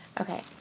Okay